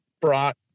brought